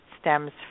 stems